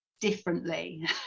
differently